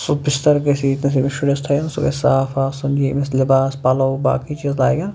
سُہ بِستر گَژھِ ییٚتہِ نس ییٚمِس شُرِس تھاوَن سُہ گَژھِ صاف آسُن یہِ أمِس لِباس پَلو باقٕے چیٖز لاگن